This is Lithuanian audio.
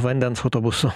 vandens autobusu